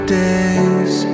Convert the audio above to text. days